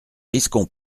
risquons